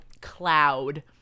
cloud